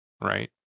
right